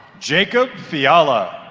jacob fiala